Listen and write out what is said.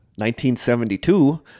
1972